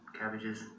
cabbages